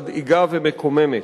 מדאיגה ומקוממת,